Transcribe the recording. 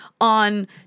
on